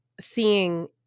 seeing